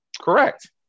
correct